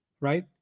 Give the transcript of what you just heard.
Right